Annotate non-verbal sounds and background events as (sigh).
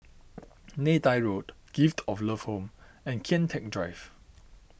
(noise) Neythai Road Gift of Love Home and Kian Teck Drive